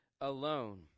alone